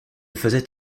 faisait